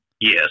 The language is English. Yes